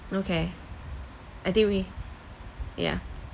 okay I think we yeah